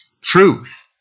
truth